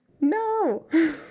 no